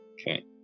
Okay